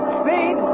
speed